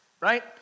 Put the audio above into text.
Right